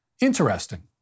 interesting